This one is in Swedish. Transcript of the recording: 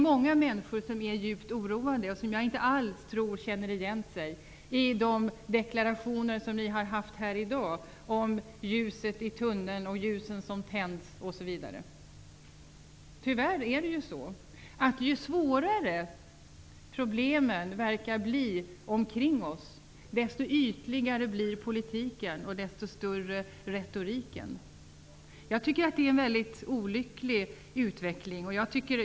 Många människor är djupt oroade, och jag tror att de inte alls känner igen sig i de deklarationer som förekommit här i dag och som handlar om ljuset i tunneln, ljus som tänds osv. Tyvärr är det så, att ju svårare problemen verkar bli omkring oss, desto ytligare blir politiken och desto större retoriken. Jag tycker att det är en mycket olycklig utveckling.